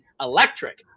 electric